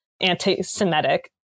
anti-Semitic